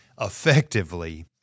effectively